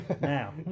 now